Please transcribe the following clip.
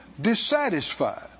dissatisfied